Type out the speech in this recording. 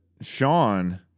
Sean